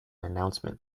announcement